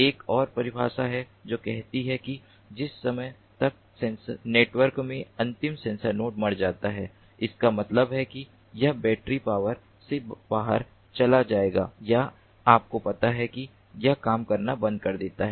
एक और परिभाषा है जो कहती है कि जिस समय तक नेटवर्क में अंतिम सेंसर नोड मर जाता है इसका मतलब है कि यह बैटरी पावर से बाहर चला जाएगा या आपको पता है कि यह काम करना बंद कर देता है